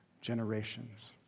generations